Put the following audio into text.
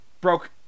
Broke